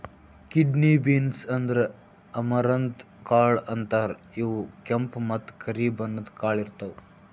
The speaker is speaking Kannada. ಕಿಡ್ನಿ ಬೀನ್ಸ್ ಅಂದ್ರ ಅಮರಂತ್ ಕಾಳ್ ಅಂತಾರ್ ಇವ್ ಕೆಂಪ್ ಮತ್ತ್ ಕರಿ ಬಣ್ಣದ್ ಕಾಳ್ ಇರ್ತವ್